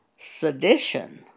sedition